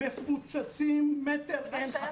זה בכלל לא אותן כמויות של תלמידים של בית ספר.